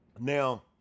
Now